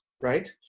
right